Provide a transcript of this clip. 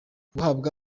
guhabwa